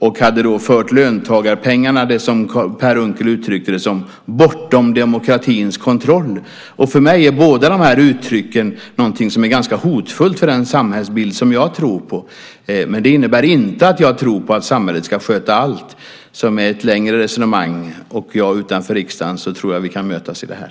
Han hade då fört löntagarpengarna, som Per Unckel uttryckte det, bortom demokratins kontroll. För mig är båda de här uttrycken någonting som är ganska hotfullt när det gäller den samhällsbild som jag tror på, men det innebär inte att jag tror på att samhället ska sköta allt. Med ett längre resonemang, och med mig utanför riksdagen, tror jag att vi kan mötas i det här.